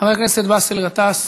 חבר הכנסת באסל גטאס,